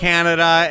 Canada